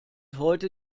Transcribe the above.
heute